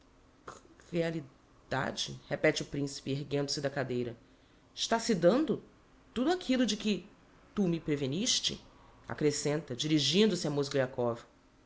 dade repete o principe erguendo-se da cadeira está-se dando tudo aquillo de que tu me preveniste accrescenta dirigindo-se a mozgliakov